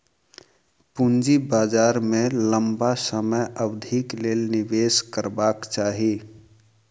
पूंजी बाजार में लम्बा समय अवधिक लेल निवेश करबाक चाही